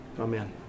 Amen